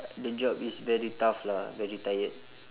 but the job is very tough lah very tired